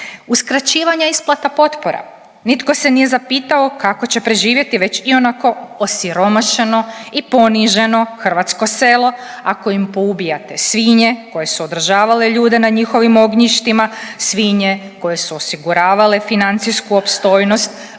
Uskraćivanja isplata potpora, nitko se nije zapitao kako će preživjeti već i onako osiromašeno i poniženo hrvatsko selo ako im poubijate svinje koje su održavale ljude na njihovim ognjištima, svinje koje su osiguravale financijsku opstojnost